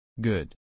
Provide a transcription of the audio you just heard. Good